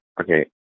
okay